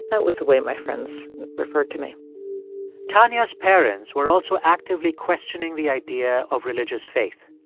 that was the way my friends referred to me tanya's parents were also actively questioning the idea of religious faith.